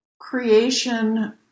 creation